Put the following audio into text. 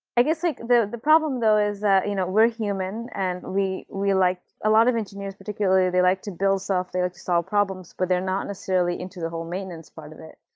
i guess like the the problem though is that you know we're human and we a like ah lot of engineers, particularly, they like to build stuff. they like to solve problems, but they're not necessarily into the whole maintenance part of it,